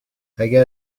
اگر